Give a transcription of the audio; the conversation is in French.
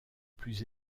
plus